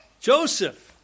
Joseph